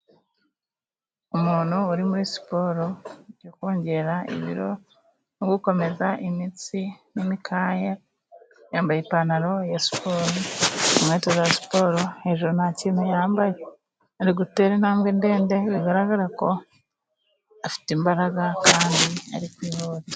Umuntu uri muri siporo yo kongera ibiro no gukomeza imitsi n'mikaya , yambaye ipantaro ya siporo , inkweto za siporo, hejuru nta kintu yambaye . Ari gutera intambwe ndende bigaragara ko afite imbaraga kandi ari kwihuta.